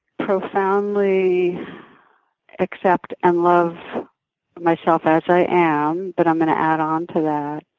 profoundly accept and love myself as i am but i'm going to add onto that.